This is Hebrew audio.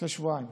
לפני שבועיים.